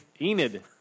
Enid